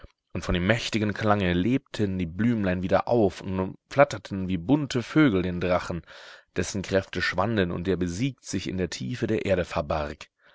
und von dem mächtigen klange lebten die blümlein wieder auf und umflatterten wie bunte vögel den drachen dessen kräfte schwanden und der besiegt sich in der tiefe der erde verbarg